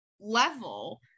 level